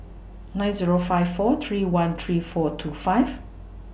nine Zero five four three one three four two five